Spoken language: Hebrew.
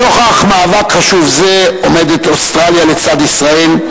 נוכח מאבק חשוב זה עומדת אוסטרליה לצד ישראל,